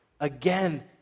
Again